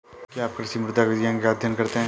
क्या आप कृषि मृदा विज्ञान का अध्ययन करते हैं?